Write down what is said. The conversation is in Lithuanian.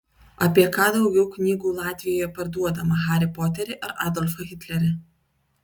apie ką daugiau knygų latvijoje parduodama harį poterį ar adolfą hitlerį